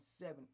Seven